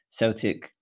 Celtic